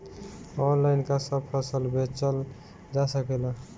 Online का सब फसल बेचल जा सकेला?